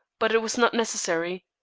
but it was not necessary.